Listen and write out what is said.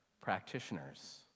practitioners